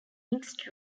mixed